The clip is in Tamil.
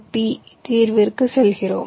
பி தீர்விற்கு செல்கிறோம்